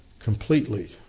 completely